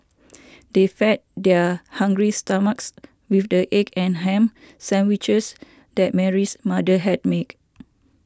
they fed their hungry stomachs with the egg and ham sandwiches that Mary's mother had make